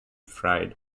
fried